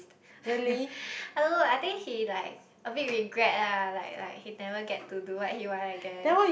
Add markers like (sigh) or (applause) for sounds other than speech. (laughs) I don't know I think he like a bit regret lah like like he never get to do what he want I guess